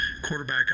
quarterback